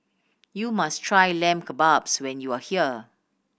you must try Lamb Kebabs when you are here